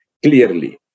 Clearly